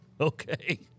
Okay